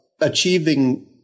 achieving